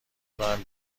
کنم